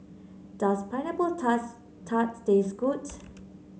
does pineapple tars tart taste good